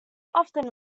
often